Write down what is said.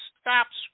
stops